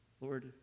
Lord